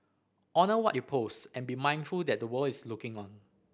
honour what you post and be mindful that the world is looking on